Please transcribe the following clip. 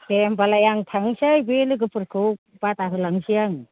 दे होम्बालाय आं थांनोसै बे लोगोफोरखौ बादा होलांनोसै आं